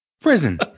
Prison